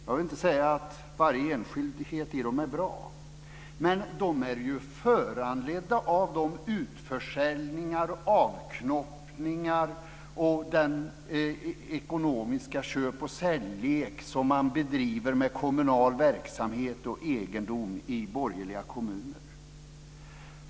Jag vill inte säga att varje enskildhet i dem är bra, men de är ju föranledda av de utförsäljningar, avknoppningar och den ekonomiska köp-och-sälj-lek som man bedriver med kommunal verksamhet och egendom i borgerliga kommuner.